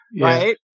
Right